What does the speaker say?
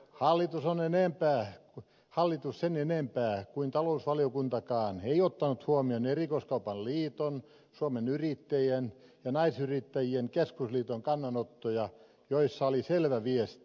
hallitus ei sen enempää kuin talousvaliokuntakaan ottanut huomioon erikoiskaupan liiton suomen yrittäjien ja naisyrittäjien keskusliiton kannanottoja joissa oli selvä viesti